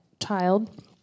child